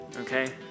okay